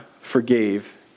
forgave